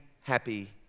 happy